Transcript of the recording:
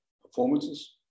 performances